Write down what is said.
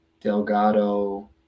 Delgado